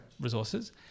resources